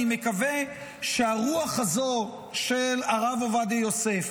אני מקווה שהרוח הזו של הרב עובדיה יוסף